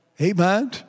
amen